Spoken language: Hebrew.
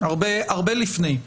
הרבה לפני.